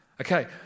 Okay